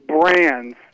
brands